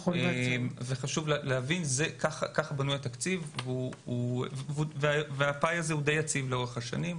חשוב להבין שככה בנוי התקציב והפאי הזה די יציב לאורך השנים,